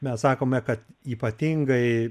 mes sakome kad ypatingai